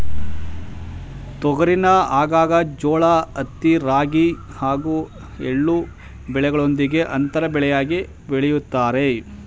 ತೊಗರಿನ ಆಗಾಗ ಜೋಳ ಹತ್ತಿ ರಾಗಿ ಹಾಗೂ ಎಳ್ಳು ಬೆಳೆಗಳೊಂದಿಗೆ ಅಂತರ ಬೆಳೆಯಾಗಿ ಬೆಳಿತಾರೆ